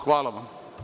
Hvala vam.